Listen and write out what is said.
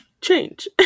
change